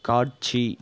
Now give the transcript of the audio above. காட்சி